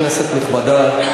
כנסת נכבדה,